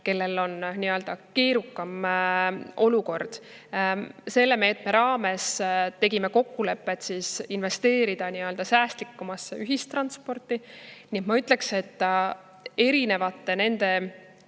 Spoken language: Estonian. kellel on keerukam olukord. Selle meetme raames tegime kokkuleppe investeerida säästlikumasse ühistransporti. Ma ütleksin, et erinevate fondide